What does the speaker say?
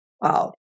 Wow